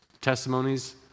testimonies